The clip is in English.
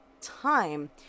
time